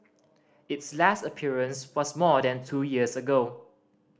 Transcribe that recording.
its last appearance was more than two years ago